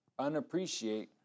unappreciate